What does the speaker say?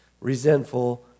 resentful